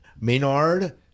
maynard